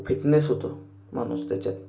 fitness होतं माणूस त्याच्यात